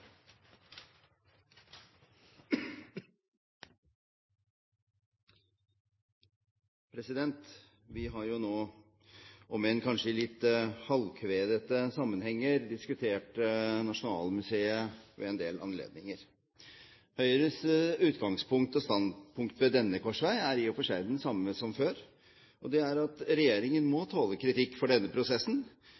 Vi har nå – om enn kanskje i litt halvkvedete sammenhenger – diskutert Nasjonalmuseet ved en del anledninger. Høyres utgangspunkt og standpunkt ved denne korsvei er i og for seg det samme som før, og det er at regjeringen må